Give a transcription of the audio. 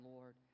Lord